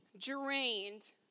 drained